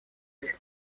этих